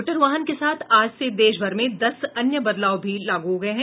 मोटरवाहन के साथ आज से देशभर में दस अन्य बदलाव भी लागू हो गये है